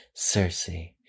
Cersei